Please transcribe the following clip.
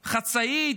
חצאית,